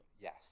Yes